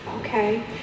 okay